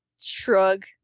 Shrug